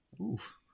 Oof